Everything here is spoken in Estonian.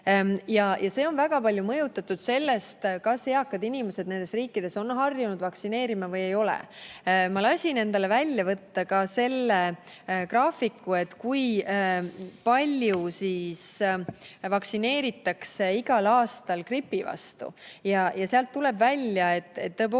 Seda on väga palju mõjutanud see, kas eakad inimesed nendes riikides on harjunud laskma end vaktsineerida või ei ole. Ma lasin endale välja võtta ka graafiku, et kui palju vaktsineeritakse igal aastal gripi vastu, ja sealt tuleb välja, et